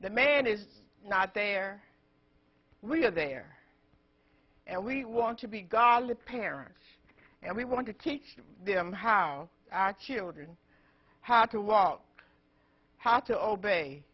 the man is not there we are there and we want to be godly parents and we want to teach them how our children how to walk how to obey